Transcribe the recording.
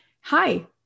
hi